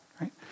right